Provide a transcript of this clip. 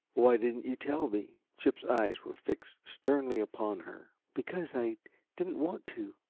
why didn't you tell me? chip's eyes were fixed sternly upon her. because i didn't want to.